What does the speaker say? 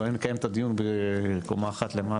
אלא אם כן נקיים את הדיון קומה אחת למעלה.